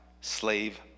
slave